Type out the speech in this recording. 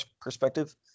perspective